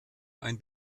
ein